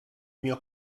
mio